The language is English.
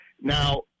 Now